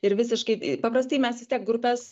ir visiškai paprastai mes vis tiek grupes